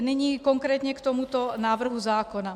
Nyní konkrétně k tomuto návrhu zákona.